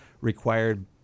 required